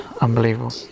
Unbelievable